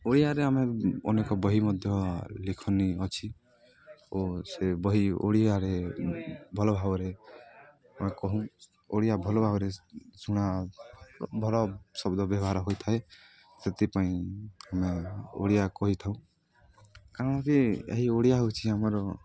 ଓଡ଼ିଆରେ ଆମେ ଅନେକ ବହି ମଧ୍ୟ ଲେଖନି ଅଛି ଓ ସେ ବହି ଓଡ଼ିଆରେ ଭଲ ଭାବରେ ଆମେ କହୁଁ ଓଡ଼ିଆ ଭଲ ଭାବରେ ଶୁଣା ଭଲ ଶବ୍ଦ ବ୍ୟବହାର ହୋଇଥାଏ ସେଥିପାଇଁ ଆମେ ଓଡ଼ିଆ କହିଥାଉ କାରଣ କି ଏହି ଓଡ଼ିଆ ହଉଚି ଆମର